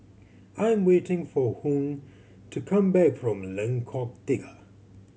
I'm waiting for Hung to come back from Lengkok Tiga